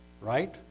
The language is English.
right